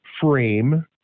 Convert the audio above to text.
frame